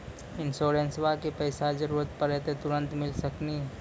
इंश्योरेंसबा के पैसा जरूरत पड़े पे तुरंत मिल सकनी?